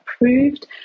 approved